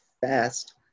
fast